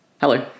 Hello